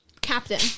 captain